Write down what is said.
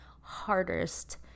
hardest